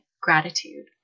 gratitude